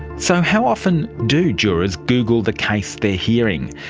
so how often do jurors google the case they're hearing?